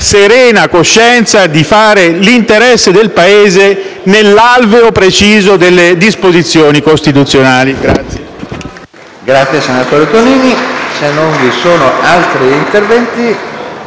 serena coscienza di fare l'interesse del Paese nell'alveo preciso delle disposizioni costituzionali.